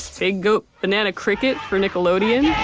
pig goat banana cricket for nickelodeon. i